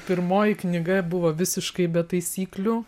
pirmoji knyga buvo visiškai be taisyklių